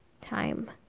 time